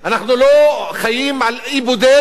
אנחנו לא חיים על אי בודד,